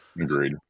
Agreed